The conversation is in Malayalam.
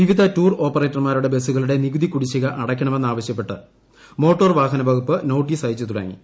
വിവിധ ടൂർ ഓപ്പറേറ്റർമാരുടെ ബസുകളുടെ നികുതി കുടിശ്ശിക അടയ്ക്കണമെന്ന് ആവശ്യപ്പെട്ട് മോട്ടോർ വാഹന വകുപ്പ് നോട്ടീസ് അയച്ചു തുടങ്ങി